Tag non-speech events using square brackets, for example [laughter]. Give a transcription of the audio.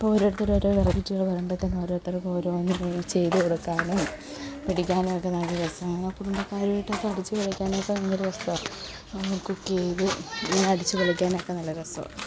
ഇപ്പം ഓരോരുത്തർ ഓരോ വെറൈറ്റികൾ പറയുമ്പത്തേക്കും ഓരോരുത്തർക്കും ഓരോന്ന് ചെയ്ത് കൊടുക്കാനും പിടിക്കാനും ഒക്കെ നല്ല രസമാണ് അപ്പം പിന്നെ കാര്യായിട്ടൊക്കെ അടിച്ച് പൊളിക്കാനും ഒക്കെ ഭയങ്കര രസമാണ് [unintelligible] കുക്ക് ചെയ്തു ഇങ്ങനെ അടിച്ച് പൊളിക്കാനൊക്കെ നല്ല രസമാണ്